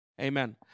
Amen